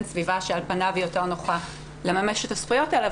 סביבה שעל פניו היא יותר נוחה לממש את הזכויות האלה,